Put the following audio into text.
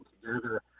together